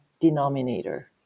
denominator